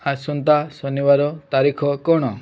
ଆସନ୍ତା ଶନିବାର ତାରିଖ କ'ଣ